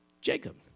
Jacob